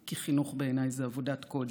למרבה הצער, כי חינוך בעיניי זו עבודת קודש.